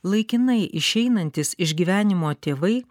laikinai išeinantys iš gyvenimo tėvai